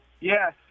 Yes